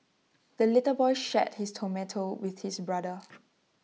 the little boy shared his tomato with his brother